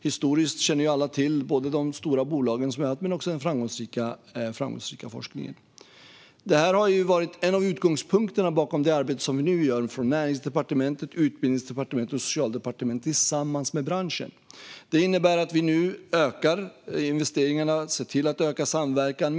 Historiskt känner alla till de stora bolag som vi har haft men också den framgångsrika forskningen. Detta har varit en av utgångspunkterna för det arbete som vi nu gör - Näringsdepartementet, Utbildningsdepartementet och Socialdepartementet tillsammans med branschen. Det innebär att vi nu ökar investeringarna. Vi ser till att öka samverkan.